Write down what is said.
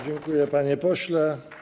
Dziękuję, panie pośle.